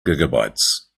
gigabytes